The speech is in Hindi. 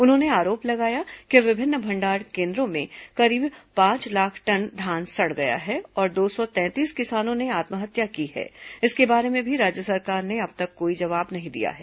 उन्होंने आरोप लगाया कि विभिन्न भंडारण केन्द्रों में करीब पांच लाख टन धान सड़ गया है और दो सौ तैंतीस किसानों ने आत्महत्या की है इसके बारे में भी राज्य सरकार ने अब तक कोई जवाब नहीं दिया है